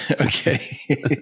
Okay